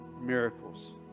miracles